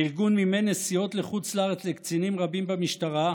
הארגון מימן נסיעות לחוץ לארץ לקצינים רבים במשטרה,